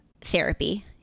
therapy